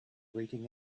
waiting